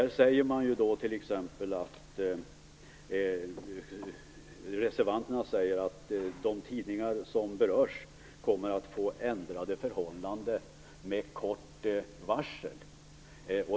Reservanterna säger t.ex. att de tidningar som berörs kommer att få ändrade förhållanden med kort varsel.